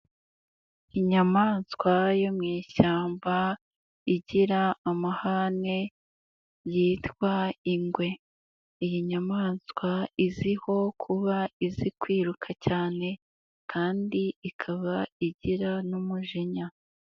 Inyamanswa yo mu ishyamba igira amahane yitwa ingwe, iyi nyamanswa izwiho kuba izi kwiruka cyane kandi ikaba igira n'umujinya.